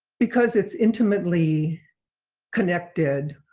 because it's intimately connected